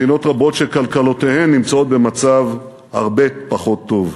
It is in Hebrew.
מדינות רבות שכלכלותיהן נמצאות במצב הרבה פחות טוב.